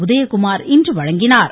உதயகுமார் இன்று வழங்கினாா்